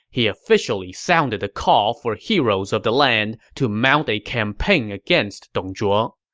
he officially sounded the call for heroes of the land to mount a campaign against dong zhuo.